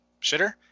shitter